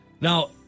now